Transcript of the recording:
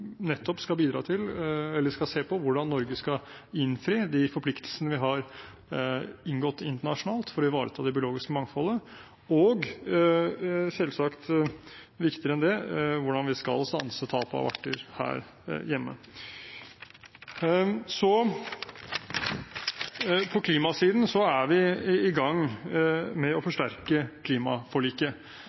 nettopp skal se på hvordan Norge skal innfri de forpliktelsene vi har inngått internasjonalt for å ivareta det biologiske mangfoldet, og – selvsagt viktigere enn det – hvordan vi skal stanse tapet av arter her hjemme. På klimasiden er vi i gang med å forsterke klimaforliket,